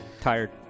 Tired